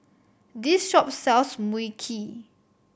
this shop sells Mui Kee